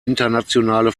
internationale